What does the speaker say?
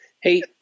Hey